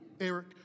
Eric